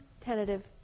tentative